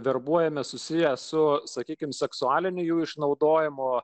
verbuojami susiję su sakykime seksualiniu jų išnaudojimo